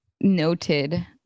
noted